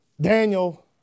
Daniel